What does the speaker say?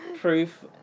Proof